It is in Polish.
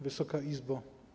Wysoka Izbo!